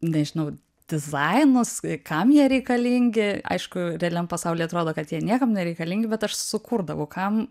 nežinau dizainus kam jie reikalingi aišku realiam pasauly atrodo kad jie niekam nereikalingi bet aš sukurdavau kam